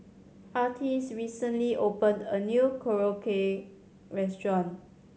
Artis recently opened a new Korokke Restaurant